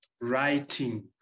writing